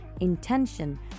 intention